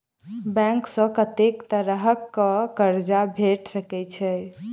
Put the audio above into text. Bank सऽ कत्तेक तरह कऽ कर्जा भेट सकय छई?